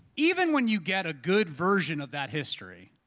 even when you get a good version of that history,